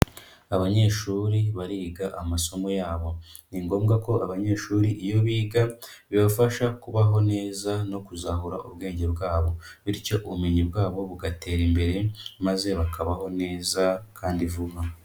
Abanyeshuri bariga amasomo yabo, ni ngombwa ko abanyeshuri iyo biga, bibafasha kubaho neza no kuzahura ubwenge bwabo. Bityo ubumenyi bwabo bugatera imbere, maze bakabaho neza kandi vuba.